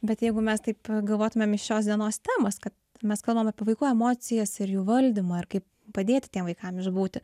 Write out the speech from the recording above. bet jeigu mes taip galvotumėm iš šios dienos temos kad mes kalbam apie vaiko emocijas ir jų valdymą ir kaip padėti tiem vaikam išbūti